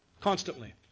Constantly